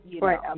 Right